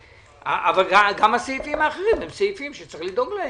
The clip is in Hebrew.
אבל גם הסעיפים האחרים הם סעיפים שצריכים לדאוג להם.